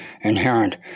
inherent